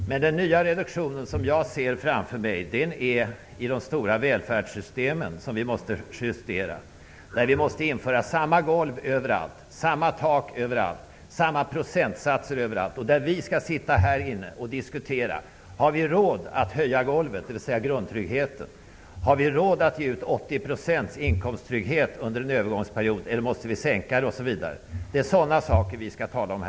Men den nya reduktionen som jag ser framför mig innebär en justering av de stora välfärdssystemen. Vi måste införa samma golv överallt, samma tak överallt och samma procentsatser överallt. Det vi här skall diskutera är om vi har råd att höja golvet, dvs. grundtryggheten. Har vi råd att garantera 80 % inkomsttrygghet under en övergångsperiod, eller måste vi genomföra en sänkning? Det är sådana saker som vi här skall tala om.